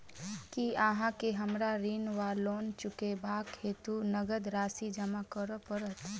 की अहाँ केँ हमरा ऋण वा लोन चुकेबाक हेतु नगद राशि जमा करऽ पड़त?